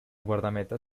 guardameta